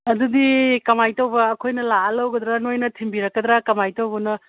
ꯑꯗꯨꯗꯤ ꯀꯃꯥꯏꯅ ꯇꯧꯕ ꯑꯩꯈꯣꯏꯅ ꯂꯥꯛꯑ ꯂꯧꯒꯗ꯭ꯔꯥ ꯅꯣꯏꯅ ꯊꯤꯟꯕꯤꯔꯛꯀꯗ꯭ꯔꯥ ꯀꯃꯥꯏꯅ ꯇꯧꯕꯅꯣ